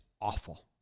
awful